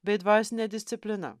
bei dvasinė disciplina